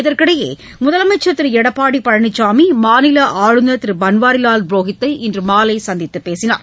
இதற்கிடையே முதலமைச்சர் திரு எடப்பாடி பழனிசாமி மாநில ஆளுநர் திரு பன்வாரிலால் புரோஹித்தை இன்று மாலை சந்தித்து பேசினார்